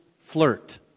flirt